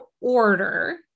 order